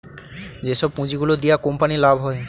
যেসব পুঁজি গুলো দিয়া কোম্পানির লাভ হয়